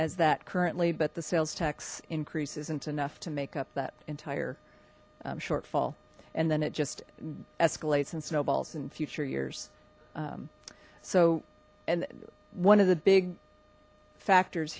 as that currently but the sales tax increase isn't enough to make up that shortfall and then it just escalates and snowballs in future years so and one of the big factors